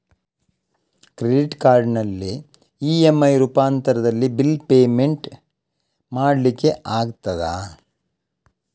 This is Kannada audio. ಕ್ರೆಡಿಟ್ ಕಾರ್ಡಿನಲ್ಲಿ ಇ.ಎಂ.ಐ ರೂಪಾಂತರದಲ್ಲಿ ಬಿಲ್ ಪೇಮೆಂಟ್ ಮಾಡ್ಲಿಕ್ಕೆ ಆಗ್ತದ?